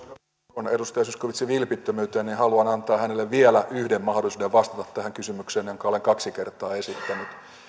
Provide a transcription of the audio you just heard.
uskon edustaja zyskowiczin vilpittömyyteen haluan antaa hänelle vielä yhden mahdollisuuden vastata tähän kysymykseen jonka olen kaksi kertaa esittänyt